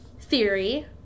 theory